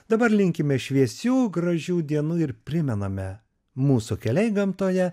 dabar linkime šviesių gražių dienų ir primename mūsų keliai gamtoje